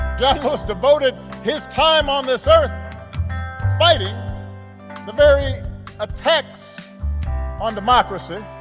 john lewis devoted his time on this earth fighting the very attacks on democracy